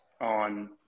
on